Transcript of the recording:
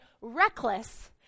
reckless